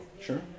Sure